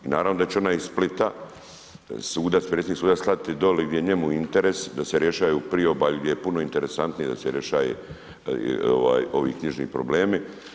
I naravno da će onaj iz Splita sudac, predsjednik suda slati dolje gdje je njemu interes da se rješava u priobalju gdje je puno interesantnije da se rješavaju ovi knjižni problemi.